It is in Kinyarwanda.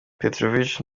petrovic